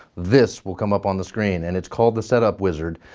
this will come up on the screen. and it's called the setup wizard.